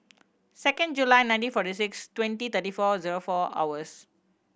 second July nineteen forty six twenty thirty four zero four hours